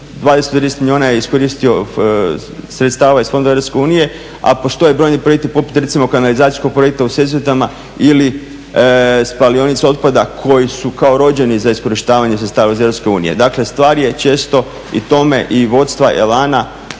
20-30 milijuna je iskoristio sredstava iz fondova Europske unije, a postoje brojni projekti poput recimo kanalizacijskog projekta u Sesvetama ili spalionicu otpada koji su kao rođeni za iskorištavanje sredstava iz Europske unije. Dakle stvar je često i tome i vodstva, elana